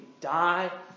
die